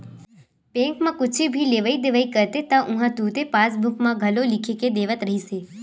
bank म कुछु भी लेवइ देवइ करते त उहां तुरते पासबूक म घलो लिख के देवत रिहिस हे